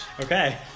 Okay